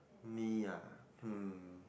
me ah hmm